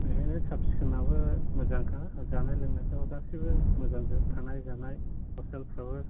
बेवहायनो साब सिखोनाबो मोजांखा जानाय लोंनायफोराबो गासैबो मोजांजोब थानाय जानाय हस्टेलफ्राबो